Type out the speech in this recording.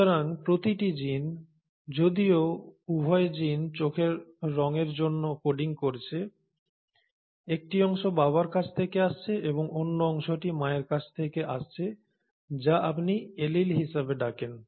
সুতরাং প্রতিটি জিন যদিও উভয় জিন চোখের রঙের জন্য কোডিং করছে একটি অংশ বাবার কাছ থেকে আসছে এবং অন্য অংশটি মায়ের কাছ থেকে আসছে যা আপনি এলিল হিসাবে ডাকেন